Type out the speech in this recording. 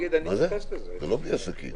זה לא בלי עסקים.